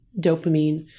dopamine